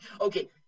Okay